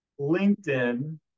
LinkedIn